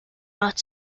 not